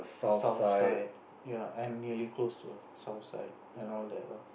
southside ya and nearly close to southside and all that ah